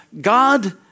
God